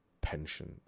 pension